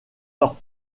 leurs